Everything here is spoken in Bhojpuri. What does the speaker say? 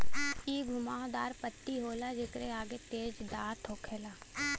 इ घुमाव दार पत्ती होला जेकरे आगे तेज दांत होखेला